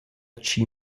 chi